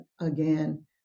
again